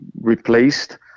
replaced